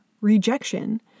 rejection